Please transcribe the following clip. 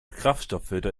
kraftstofffilter